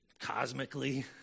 cosmically